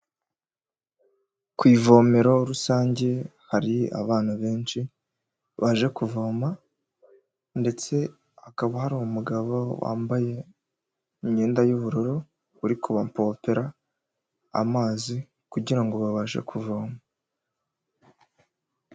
Ku ivomero rusange hari abantu benshi, baje kuvoma ndetse hakaba hari umugabo wambaye imyenda y'ubururu, uri kubapompera amazi kugira ngo babashe kuvoma.